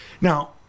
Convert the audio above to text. Now